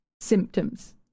symptoms